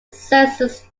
census